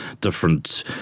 different